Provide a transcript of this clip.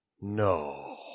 No